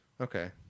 Okay